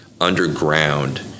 underground